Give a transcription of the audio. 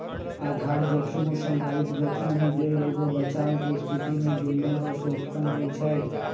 आधार जोखिम उ संभावित जोखिम हइ जे एगो बचाव के स्थिति में बेमेल होय से उत्पन्न होइ छइ